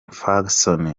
ferguson